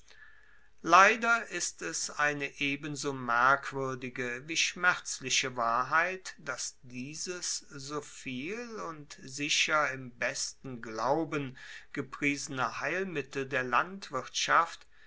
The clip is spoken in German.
leider ist es eine ebenso merkwuerdige wie schmerzliche wahrheit dass dieses soviel und sicher im besten glauben gepriesene heilmittel der landwirtschaft